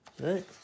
right